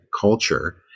culture